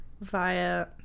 via